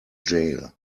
jail